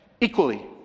equally